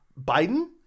biden